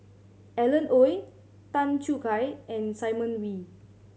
Alan Oei Tan Choo Kai and Simon Wee